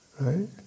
Right